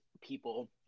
people